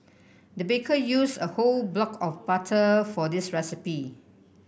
the baker used a whole block of butter for this recipe